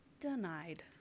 denied